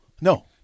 No